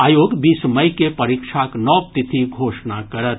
आयोग बीस मई के परीक्षाक नव तिथिक घोषणा करत